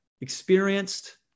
experienced